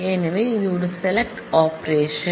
எனவே இது ஒரு செலக்ட் ஆபரேஷன்